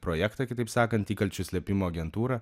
projektą kitaip sakant įkalčių slėpimo agentūrą